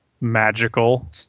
magical